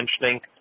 mentioning